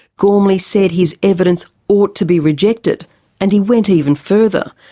gormly said his evidence ought to be rejected and he went even further,